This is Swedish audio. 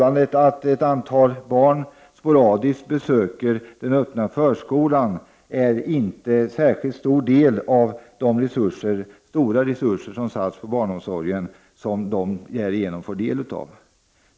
Att ett antal barn sporadiskt besöker den öppna förskolan tar inte i anspråk någon särskilt stor del av de stora resurser som satsas på barnomsorgen.